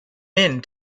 end